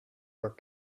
were